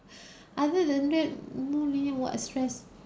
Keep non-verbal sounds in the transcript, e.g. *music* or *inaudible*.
*breath* other than that no leh what's stress